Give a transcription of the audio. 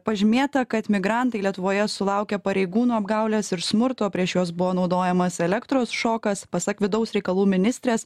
pažymėta kad migrantai lietuvoje sulaukia pareigūnų apgaulės ir smurto prieš juos buvo naudojamas elektros šokas pasak vidaus reikalų ministrės